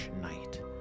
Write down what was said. night